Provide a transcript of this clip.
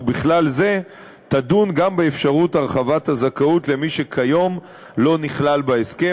ובכלל זה תדון גם באפשרות הרחבת הזכאות למי שכיום לא נכלל בהסכם.